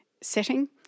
setting